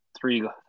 three